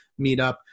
meetup